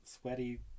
sweaty